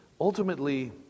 ultimately